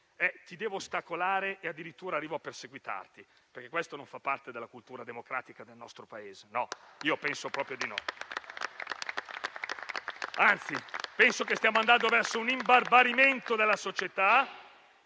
ti devo ostacolare e addirittura arrivo a perseguitarti. Ciò non fa parte della cultura democratica del nostro Paese. Anzi, penso che stiamo andando verso un imbarbarimento della società.